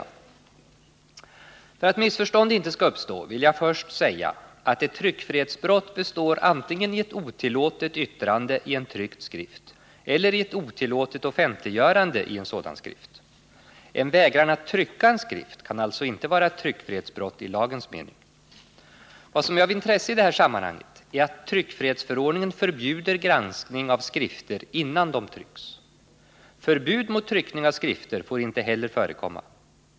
Nr 142 För att missförstånd inte skall uppstå vill jag först säga att ett tryckfrihets Måndagen den brott består antingen i ett otillåtet yttrande i en tryckt skrift eller i ett otillåtet 12 maj 1980 offentliggörande i en sådan skrift. En vägran att trycka en skrift kan alltså inte vara ett tryckfrihetsbrott i lagens mening. Om tryckning Vad som är av intresse i det här sammanhanget är att tryckfrihetsförordoch försäljning ningen förbjuder granskning av skrifter innan de trycks. Förbud mot ay våldspornogratryckning av skrifter får inte heller förekomma.